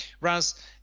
Raz